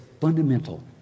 fundamental